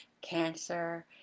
cancer